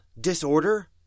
Disorder